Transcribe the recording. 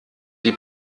die